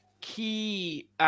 key